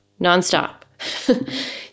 nonstop